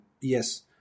yes